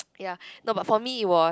ya no but for me it was